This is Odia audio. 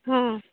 ହୁଁ